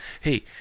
Hey